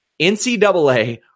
NCAA